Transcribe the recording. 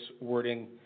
wording